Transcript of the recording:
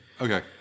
Okay